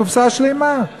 קופסה שלמה.